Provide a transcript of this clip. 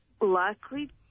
likely